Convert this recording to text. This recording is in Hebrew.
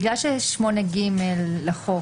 בגלל שסעיף 8(ג) לחוק